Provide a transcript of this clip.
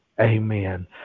Amen